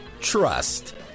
Trust